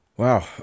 Wow